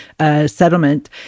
settlement